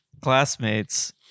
classmates